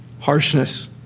Harshness